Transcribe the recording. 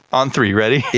on three, ready?